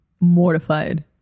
mortified